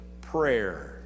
prayer